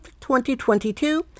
2022